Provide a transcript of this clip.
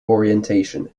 orientation